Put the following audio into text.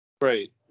Right